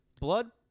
Blood